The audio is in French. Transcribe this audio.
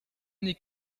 n’est